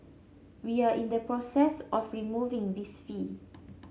we are in the process of removing this fee